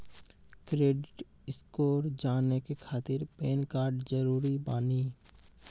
Credit score जाने के खातिर पैन कार्ड जरूरी बानी?